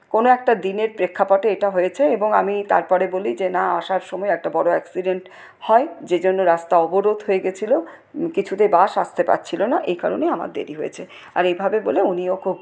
কোন একটা দিনের প্রেক্ষাপটে এটা হয়েছে এবং আমি তারপরে বলি যে না আসার সময়ে একটা বড়ো অ্যাক্সিডেন্ট হয় যে জন্য রাস্তা অবরোধ হয়ে গেছিলো কিছুতে বাস আসতে পাচ্ছিল না এই কারণেই আমার দেরি হয়েছে আর এইভাবে বলে উনিও খুব